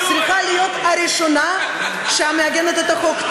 צריכה להיות הראשונה שמעגנת את החוק.